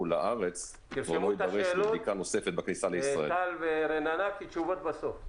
תרשמו את השאלות, טל ורננה, כי תשובות בסוף.